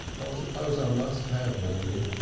suppose i must have mourning,